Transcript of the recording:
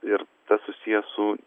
ir tas susiję su